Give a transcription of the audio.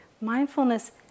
Mindfulness